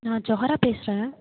நான் ஜொஹாரா பேசுகிறேன்